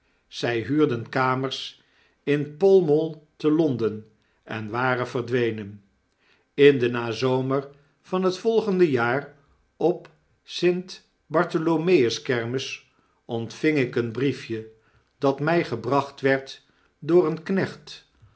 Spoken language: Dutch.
zy huurden kamers in pall mall te l o n d e n en waren verdwenen in den nazomer van het volgende jaar op st bartholomeus-kermis ontving ik een briefje dat my gebracht werd door een knecht